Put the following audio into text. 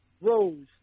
Rose